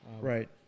Right